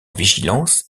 vigilance